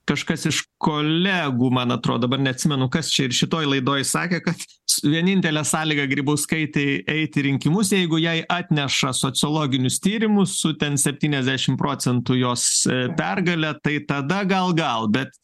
kažkas iš kolegų man atro dabar neatsimenu kas čia ir šitoj laidoj sakė kad vienintelė sąlyga grybauskaitei eit į rinkimus jeigu jai atneša sociologinius tyrimus su ten septyniasdešim procentų jos pergale tai tada gal gal bet